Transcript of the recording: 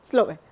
slope eh